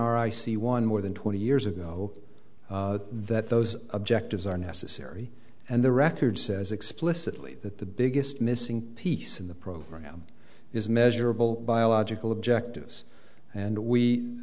our i c one more than twenty years ago that those objectives are necessary and the record says explicitly that the biggest missing piece in the program is measurable biological objectives and we